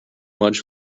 much